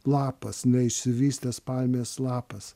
lapas neišsivystęs palmės lapas